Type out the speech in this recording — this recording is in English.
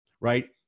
right